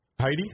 Heidi